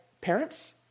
parents